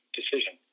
decision